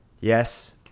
Yes